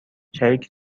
شریک